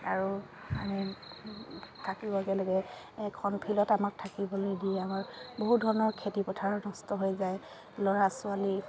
আৰু আমি থাকিবগৈ লাগে এখন ফিল্ডত আমাক থাকিবলৈ দিয়ে আমাৰ বহুত ধৰণৰ খেতি পথাৰ নষ্ট হৈ যায় ল'ৰা ছোৱালী